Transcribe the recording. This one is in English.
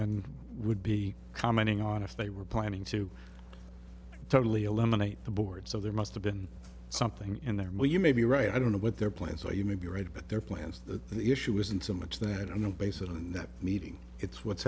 selectmen would be commenting on if they were planning to totally eliminate the board so there must have been something in there maybe you may be right i don't know what their plans are you may be right but there are plans that the issue isn't so much that i don't know based on that meeting it's what's